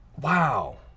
Wow